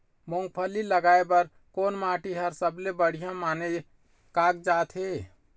मूंगफली लगाय बर कोन माटी हर सबले बढ़िया माने कागजात हे?